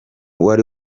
wari